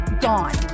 gone